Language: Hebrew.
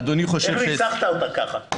איך ניצחת אותה ככה?